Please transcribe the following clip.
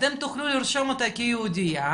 אתם תוכלו לרשום אותה כיהודייה,